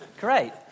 Great